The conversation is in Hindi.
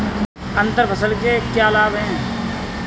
अंतर फसल के क्या लाभ हैं?